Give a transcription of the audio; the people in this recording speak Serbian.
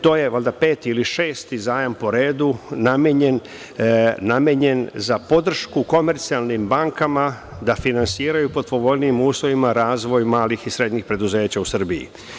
To je peti ili šesti zajam po redu namenjen za podršku komercijalnim bankama da finansiraju pod povoljnijim uslovima razvoj malih i srednjih preduzeća u Srbiji.